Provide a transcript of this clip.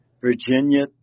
Virginia